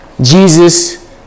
Jesus